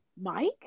Mike